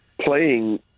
playing